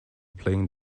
playing